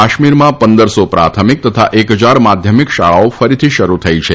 કાશ્મીરમાં પંદરસો પ્રાથમિક તથા એક ફજાર માધ્યમિક શાળાઓ ફરીથી શરૂ થઇ છે